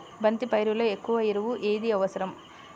బంతి పైరులో ఎక్కువ ఎరువు ఏది అవసరం?